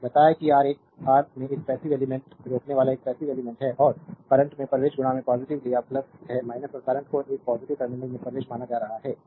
मैंने बताया कि आर एक आर है एक पैसिव एलिमेंट्स रोकनेवाला एक पैसिव एलिमेंट्स है और करंट में प्रवेश पॉजिटिव लिया है और करंट को एक पॉजिटिव टर्मिनल में प्रवेश मान रहा है